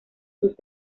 sus